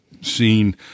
seen